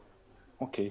אוקיי.